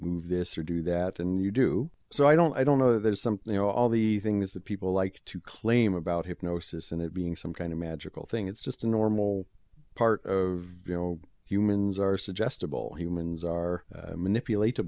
this or do that and you do so i don't i don't know there's something you know all the things that people like to claim about hypnosis and it being some kind of magical thing it's just a normal part of you know humans are suggestible humans are manipulat